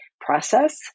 process